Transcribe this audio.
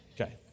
Okay